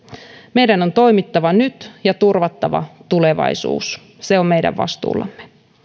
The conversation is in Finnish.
meidän on toimittava nyt ja turvattava tulevaisuus se on meidän vastuullamme